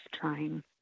trying